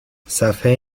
صحفه